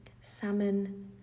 salmon